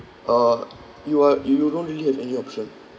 uh you are you don't really have any option